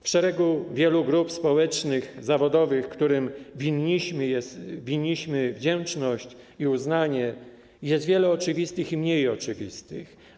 W szeregu wielu grup społecznych, zawodowych, którym winniśmy wdzięczność i uznanie, jest wiele oczywistych i mniej oczywistych.